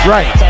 Right